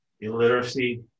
illiteracy